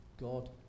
God